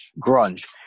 Grunge